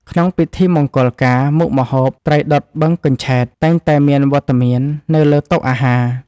ក្នុងពិធីមង្គលការ មុខម្ហូប ត្រីដុតបឹងកញ្ឆែត តែងតែមានវត្តមាននៅលើតុអាហារ។